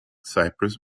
cyprus